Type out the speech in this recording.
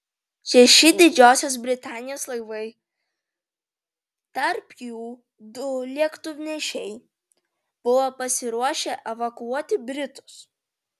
šeši didžiosios britanijos laivai tarp jų du lėktuvnešiai buvo pasiruošę evakuoti britus